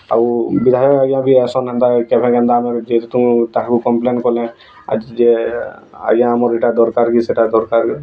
ଆଉ ବିଧାୟକ ଆଜ୍ଞା ବି ଆସନ୍ ଏନ୍ତା କେବେ କେନ୍ତା ବି ଆମେ ଘିରି ଥୁଁ ତାକୁ କମ୍ପ୍ଲେନ୍ କଲେ ଆଜି ଆଜ୍ଞା ଆମର୍ ଏଇଟା ଦରକାର କି ସେଇଟା ଦରକାର୍